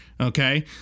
Okay